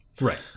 Right